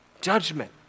Judgment